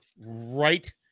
right